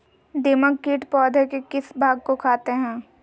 दीमक किट पौधे के किस भाग को खाते हैं?